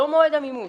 לא מועד המימוש.